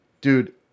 dude